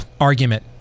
argument